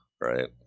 Right